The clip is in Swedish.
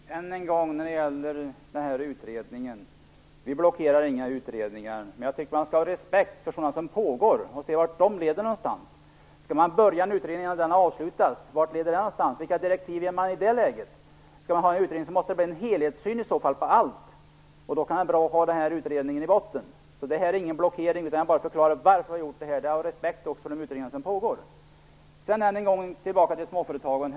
Herr talman! Än en gång vill jag när det gäller den här utredningen säga att vi inte blockerar några utredningar. Men jag tycker att man skall ha respekt för sådana som pågår och se vart de leder. Skall man börja en utredning innan den pågående har avslutats, vart leder det? Vilka direktiv ger man i det läget? Skall man ha en utredning måste det bli fråga om en helhetssyn. Då kan det vara bra att ha den här utredningen i botten. Det här är ingen blockering, jag bara förklarar varför vi har gjort så här. Det är av respekt för de utredningar som pågår. Än en gång tillbaka till småföretagen.